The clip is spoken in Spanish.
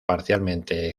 parcialmente